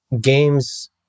games